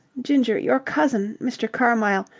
ginger, your cousin. mr. carmyle.